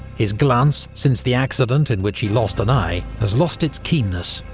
his glance, since the accident in which he lost an eye, has lost its keenness.